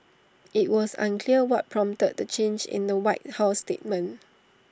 IT was unclear what prompted the change in the white house statement